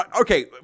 Okay